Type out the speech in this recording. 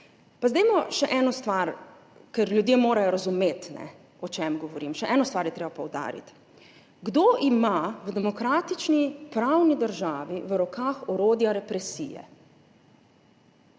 Pa dajmo še eno stvar, ker ljudje morajo razumeti, o čem govorim. Še eno stvar je treba poudariti. Kdo ima v demokratični pravni državi v rokah orodja represije?